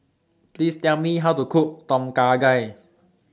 Please Tell Me How to Cook Tom Kha Gai